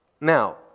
Now